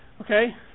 Okay